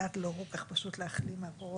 לאט לאט, לא כל כך פשוט להחלים מהקורונה.